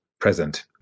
present